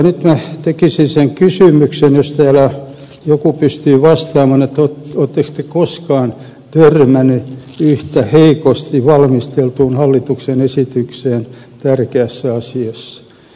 nyt minä tekisin sen kysymyksen jos täällä joku pystyy vastaamaan oletteko te koskaan törmänneet yhtä heikosti valmisteltuun hallituksen esitykseen tärkeässä asiassa